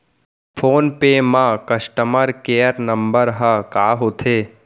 Phone पे म customer care number ह का होथे?